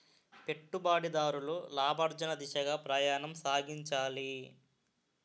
పెట్టుబడిదారులు లాభార్జన దిశగా ప్రయాణం సాగించాలి